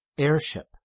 airship